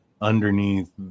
underneath